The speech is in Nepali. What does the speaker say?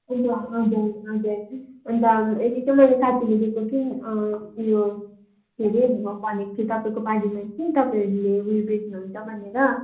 अन्त हजुर हजुर अन्त एकजना साथीले दिएको कि यो के अरे भनेको थियो तपाईँको बारेमा कि तपाईँहरूले उयो बेच्नुहुन्छ भनेर